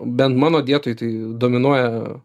bent mano dietoj tai dominuoja